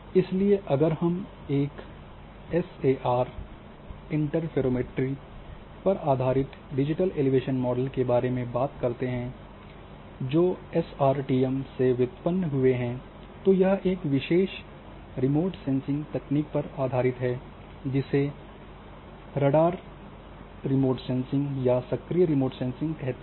इसलिए अगर हम एसएआर इंटरफेरोमेट्री पर आधारित डिजिटल एलिवेशन मॉडल के बारे में बात करते हैं जो एसआरटीएम से व्युत्पन्न हुए हैं तो यह एक विशेष रिमोट सेंसिंग तकनीक पर आधारित है जिसे राडार रिमोट सेंसिंग या सक्रिय रिमोट सेंसिंग कहते हैं